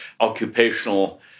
occupational